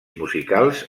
musicals